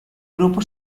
grupo